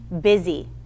busy